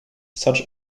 such